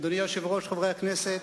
אדוני היושב-ראש, חברי הכנסת,